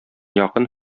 якын